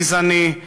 גזעני,